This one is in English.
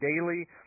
daily